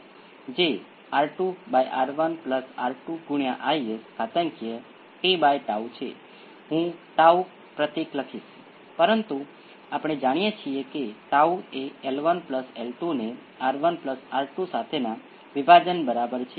તેથી આપણને t નો વર્ગ ટર્ન પણ મળે છે અને છેલ્લે આ કિસ્સામાં શક્ય છે કે s ક્યાં તો p 1 અથવા p 2 ની બરાબર છે અને ફરીથી આપણી પાસે અહીં સમાન કેસ છે આપણને A1 A2t exponential p1t A 2 exponential p 2 t મળી શકે છે અને એમજ